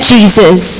Jesus